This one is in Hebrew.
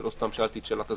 לא סתם שאלתי את שאלת הזרים.